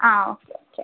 ആ okay okay